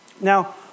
Now